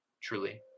truly